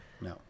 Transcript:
No